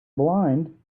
blind